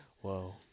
Whoa